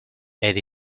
elle